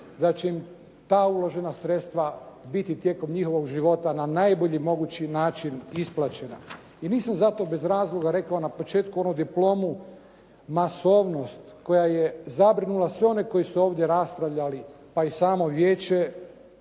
da će im ta uložena sredstva biti tijekom njihovog života na najbolji mogući način isplaćena. I nisam zato bez razloga rekao na početku ono diplomu, masovnost koja je zabrinula sve one koji su ovdje raspravljali pa i samo vijeće